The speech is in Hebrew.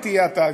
היא תהיה התאגיד.